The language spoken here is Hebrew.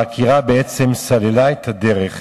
והעקירה בעצם סללה את הדרך